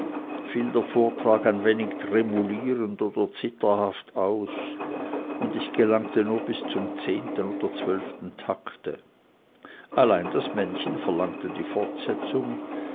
fiel der vortrag ein wenig tremulierend oder zitterhaft aus und ich gelangte nur bis zum zehnten oder zwölften takte allein das männchen verlangte die fortsetzung